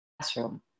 classroom